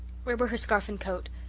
where were her scarf and coat?